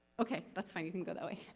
okay, that's fine, you can go that way,